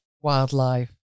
wildlife